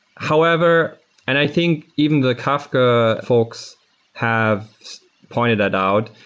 however and i think even the kafka folks have pointed that out.